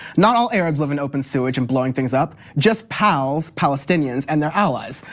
not all arabs live in open sewage and blowing things up, just pals, palestinians, and their allies.